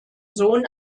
sohn